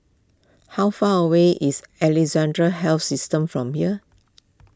how far away is Alexandra Health System from here